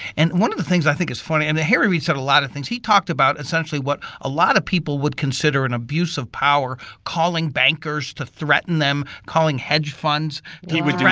and one of the things i think is funny and harry reid said a lot of things he talked about essentially what a lot of people would consider an abuse of power, calling bankers to threaten them, calling hedge funds. wow he would